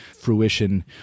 fruition